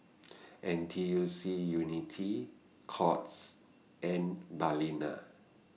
N T U C Unity Courts and Balina